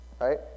right